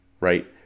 right